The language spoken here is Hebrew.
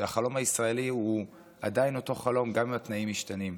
החלום הישראלי הוא עדיין אותו חלום גם אם התנאים משתנים.